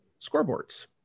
scoreboards